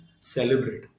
celebrate